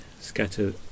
scatter